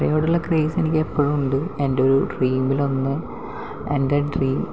വരയോടുള്ള craze എനിക്ക് ഇപ്പോഴും ഉണ്ട് എൻ്റെ ഒരു ഡ്രീമിൽ ഒന്ന് എൻ്റെ ഡ്രീം